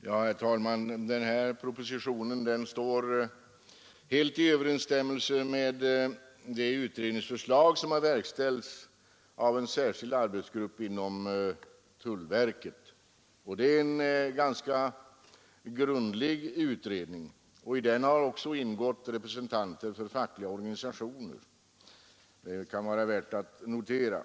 Herr talman! Propositionens förslag står helt i överensstämmelse med den utredning som har verkställts av en särskild arbetsgrupp inom Nr 51 tullverket. Det är en ganska grundlig utredning, och i den har också ingått Torsdagen den representanter för fackliga organisationer; det kan vara värt att notera.